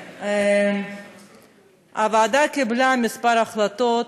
הוועדה קיבלה כמה החלטות